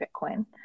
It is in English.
Bitcoin